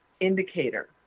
Indicator